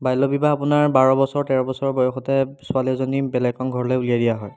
বাল্য বিবাহ আপোনাৰ বাৰ বছৰ তেৰ বছৰ বয়সতে ছোৱালী এজনী বেলেগ এখন ঘৰলৈ উলিয়াই দিয়া হয়